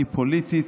"היא פוליטית,